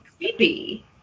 creepy